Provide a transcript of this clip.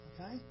okay